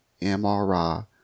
MRI